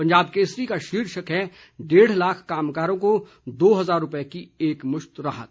पंजाब केसरी का शीर्षक है डेढ़ लाख कामगारों को दो हजार रुपये की एकमुश्त राहत